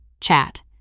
chat